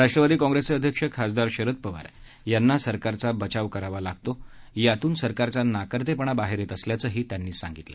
राष्ट्रवादी काँप्रेसचे अध्यक्ष खासदार शरद पवार यांना सरकारचा बचाव करावा लागतो आहे यातून सरकारचा नाकर्तेपणा बाहेर येत असल्याचं त्यांना सांगितलं